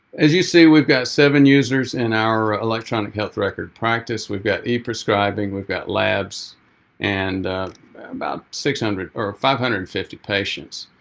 as you see, we've got seven users in our electronic health record practice. we've got e-prescribing. we've got labs and about six hundred or five hundred and fifty patients.